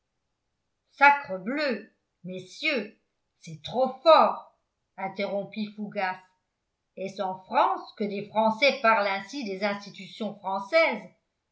sacrebleu messieurs c'est trop fort interrompit fougas est-ce en france que des français parlent ainsi des institutions françaises